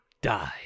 die